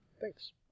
Thanks